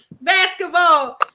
basketball